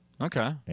Okay